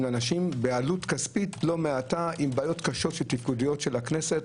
לאנשים בעלות כספית לא מעטה עם בעיות קשות תפקודיות של הכנסת.